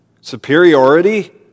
Superiority